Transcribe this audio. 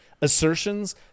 assertions